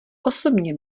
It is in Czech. osobně